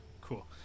Cool